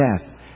death